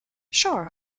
sure